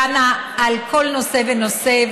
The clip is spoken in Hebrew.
דנה על כל נושא ונושא,